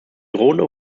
drohende